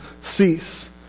cease